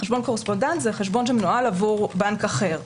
חשבון קורספונדנט זה חשבון שמנוהל עבור בנק אחר,